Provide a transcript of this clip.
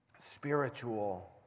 spiritual